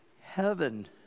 heaven